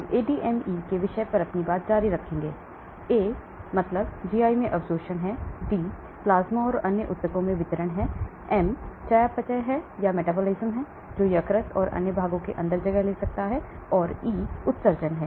हम ADME के विषय पर जारी रखेंगे A GI में अवशोषण है D प्लाज्मा और अन्य ऊतकों में वितरण है M चयापचय है जो यकृत और अन्य भागों के अंदर जगह ले सकता है और E उत्सर्जन है